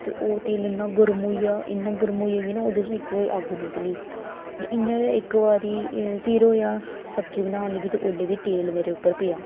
ते ओह् तेल इन्ना गर्म होइया इन्ना गर्म होइया कि ओह्दे चा इक्कै बारी अग्ग निकली ते इंया गै इक्क बारी फिर होया सब्जी बनान लगी ते उसलै बी तेल मेरे उप्पर पेआ